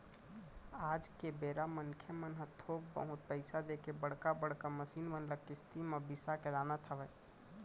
आज के बेरा मनखे मन ह थोक बहुत पइसा देके बड़का बड़का मसीन मन ल किस्ती म बिसा के लानत हवय